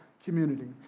community